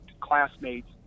classmates